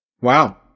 Wow